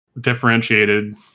differentiated